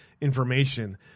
information